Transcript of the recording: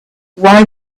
why